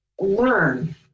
learn